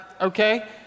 Okay